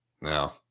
no